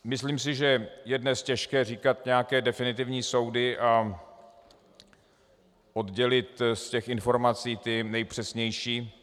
Myslím si, že je dnes těžké říkat nějaké definitivní soudy a oddělit z informací ty nejpřesnější.